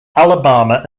alabama